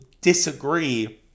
disagree